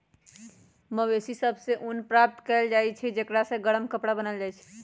मवेशि सभ से ऊन प्राप्त कएल जाइ छइ जेकरा से गरम कपरा बनाएल जाइ छइ